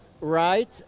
right